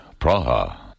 Praha